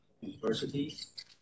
universities